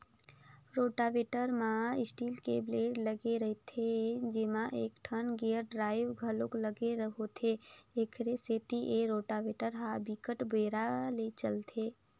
rotavator म steel के blade लगे रहिथे जेमा एकठन गेयर ड्राइव घलोक लगे होथे, एखरे सेती ए रोटावेटर ह बिकट बेरा ले चलथे